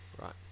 right